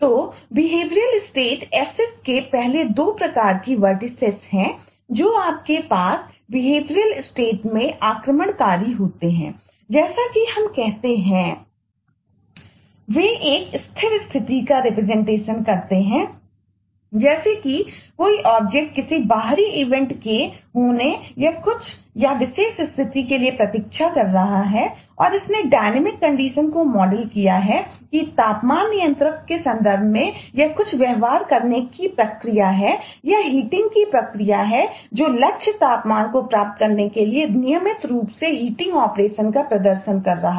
तो behavioural state का प्रदर्शन कर रहा है